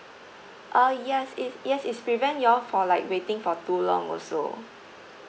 uh yes it yes is prevent you for like waiting for too long also